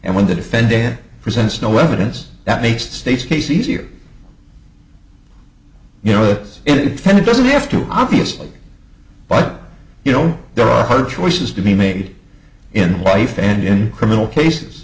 and when the defend then presents no evidence that makes the state's case easier you know the intended doesn't have to obviously but you know there are hard choices to be made in life and in criminal cases